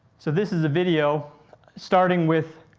so this is a video starting with,